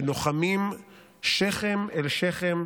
שלוחמים שכם אל שכם,